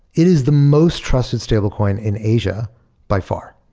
it is the most trusted stablecoin in asia by far.